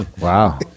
Wow